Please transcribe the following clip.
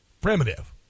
Primitive